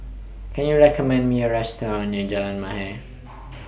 Can YOU recommend Me A Restaurant near Jalan Mahir